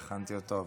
והכנתי אותו.